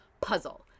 puzzle